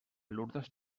lurdes